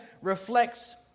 reflects